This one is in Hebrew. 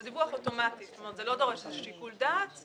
זה דיווח אוטומטי שלא דורש שיקול דעת.